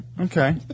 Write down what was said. okay